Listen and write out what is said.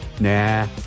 Nah